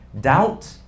doubt